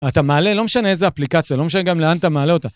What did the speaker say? אתה מעלה, לא משנה איזה אפליקציה, לא משנה גם לאן אתה מעלה אותה.